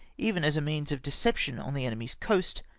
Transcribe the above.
even as a means of deception on the enemy's coast,